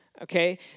okay